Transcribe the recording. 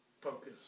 focus